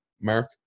Mark